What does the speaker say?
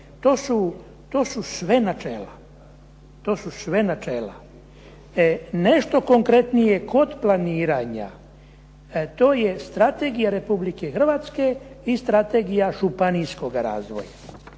To su sve načela. Nešto konkretnije kod planiranja. To je Strategija Republike Hrvatske i Strategija županijskoga razvoja